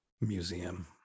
museum